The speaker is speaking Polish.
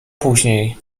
później